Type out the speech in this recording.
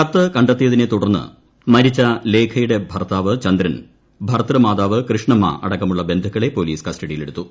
കത്ത് കണ്ടെത്തിയതിനെ തുടർന്ന് മരിച്ച ലേഖയുടെ ഭർത്താവ് ഭർതൃമാതാവ് കൃഷ്ണമ്മ അടക്കമുള്ള ബന്ധുക്കളെ ചന്ദ്രൻ പോലീസ് കസ്റ്റഡിയിൽ എടുത്തു